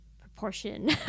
proportion